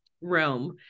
realm